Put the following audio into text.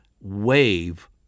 wave